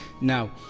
now